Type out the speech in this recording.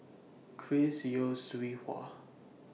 Chris Yeo Siew Hua